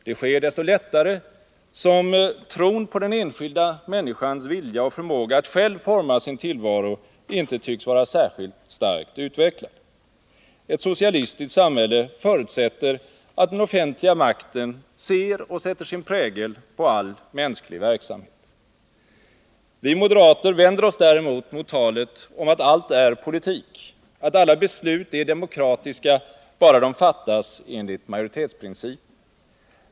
Det sker desto lättare som tron på den enskilda människans vilja och förmåga att själv forma sin tillvaro inte tycks vara särskilt starkt utvecklad. Ett socialistiskt samhälle förutsätter att den offentliga makten ser och sätter sin prägel på all mänsklig verksamhet. Vi moderater vänder oss däremot mot talet om att allt är politik, att alla beslut är demokratiska bara de fattas enligt majoritetsprincipen.